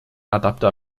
adapter